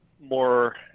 more